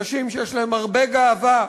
אנשים שיש להם הרבה גאווה,